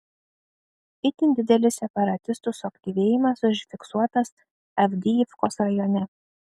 itin didelis separatistų suaktyvėjimas užfiksuotas avdijivkos rajone